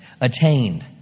attained